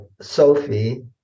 sophie